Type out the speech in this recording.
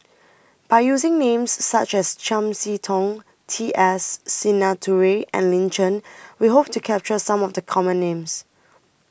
By using Names such as Chiam See Tong T S Sinnathuray and Lin Chen We Hope to capture Some of The Common Names